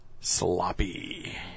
Sloppy